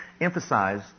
emphasize